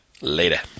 Later